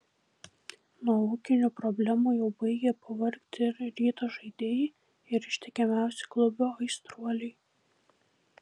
nuo ūkinių problemų jau baigia pavargti ir ryto žaidėjai ir ištikimiausi klubo aistruoliai